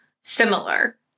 similar